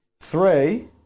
Three